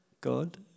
God